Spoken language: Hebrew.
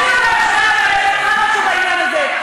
אני אולי יכולה ללמד אותך משהו בעניין הזה.